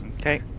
Okay